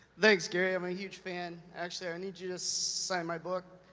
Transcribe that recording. thanks, gary, i'm a huge fan. actually, i need you to sign my book.